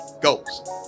ghost